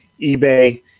eBay